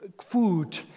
food